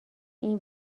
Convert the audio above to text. این